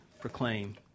proclaim